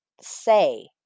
say